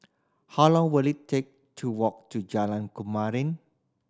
how long will it take to walk to Jalan Kemuning